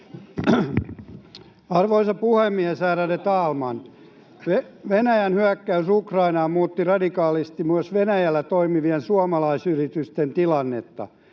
Arvoisa puhemies, ärade talman! Venäjän hyökkäys Ukrainaan muutti radikaalisti myös Venäjällä toimivien suomalaisyritysten tilannetta.